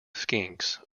skinks